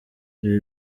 ibi